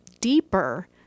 deeper